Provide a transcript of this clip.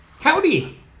Howdy